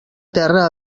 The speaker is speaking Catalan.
terra